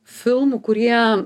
filmų kurie